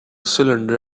cylinder